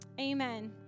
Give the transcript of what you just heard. Amen